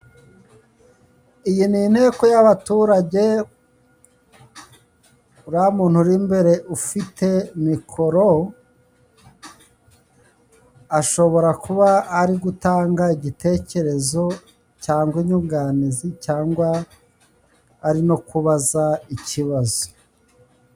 Iyi ni inteko y'abaturage, uriya muntu uri imbere ufite mikoro ashobora kuba ari gutanga igitekerezo cyangwa inyunganizi cyangwa ari no kubaza ikibazo.